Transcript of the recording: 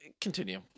Continue